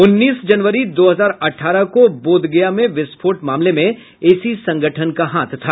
उन्नीस जनवरी दो हजार अठारह को बोधगया में विस्फोट मामले में इसी संगठन का हाथ था